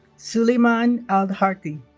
sulaiman alharthi